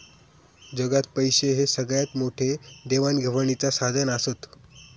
जगात पैशे हे सगळ्यात मोठे देवाण घेवाणीचा साधन आसत